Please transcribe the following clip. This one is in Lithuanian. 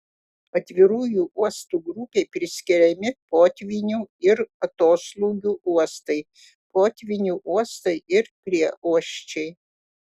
atvirųjų uostų grupei priskiriami potvynių ir atoslūgių uostai potvynių uostai ir prieuosčiai